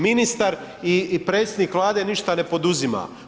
Ministar i predsjednik Vlade ništa ne poduzima.